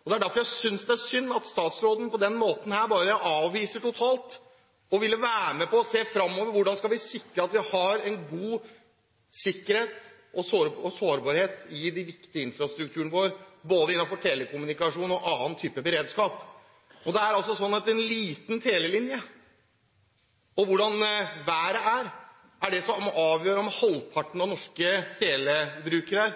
synes jeg det er synd at statsråden på denne måten avviser totalt å være med på å se fremover, på hvordan vi skal sikre at vi har en god sikkerhet i den viktige infrastrukturen vår – innenfor både telekommunikasjon og annen type beredskap. Det er slik at en liten telelinje og hvordan været er, er det som avgjør om halvparten av norske telebrukere